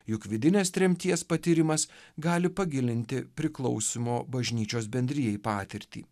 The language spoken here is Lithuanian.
juk vidinės tremties patyrimas gali pagilinti priklausymo bažnyčios bendrijai patirtį